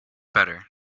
better